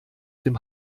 dem